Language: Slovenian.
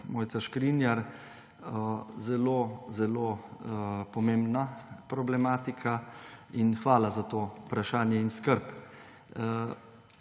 Mojca Škrinjar! Zelo zelo pomembna problematika in hvala za to vprašanje in skrb.